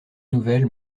nouvelle